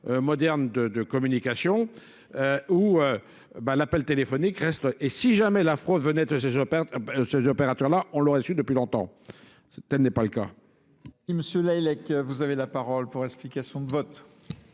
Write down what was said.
modernes de communication. où l'appel téléphonique reste. Et si jamais la fraude venait de ces opérateurs-là, on l'aurait su depuis longtemps. Ce n'est pas le cas.